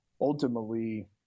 ultimately